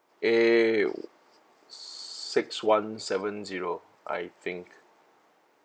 A six one seven zero I think